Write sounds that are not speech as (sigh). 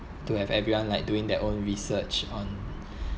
to have everyone like doing their own research on (breath)